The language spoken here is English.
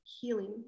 healing